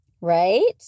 right